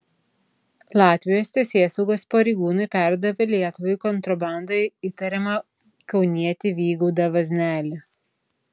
latvijos teisėsaugos pareigūnai perdavė lietuvai kontrabanda įtariamą kaunietį vygaudą vaznelį